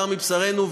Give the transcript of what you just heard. בשר מבשרנו,